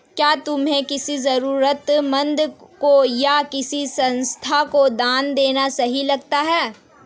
क्या तुम्हें किसी जरूरतमंद को या किसी संस्था को दान देना सही लगता है?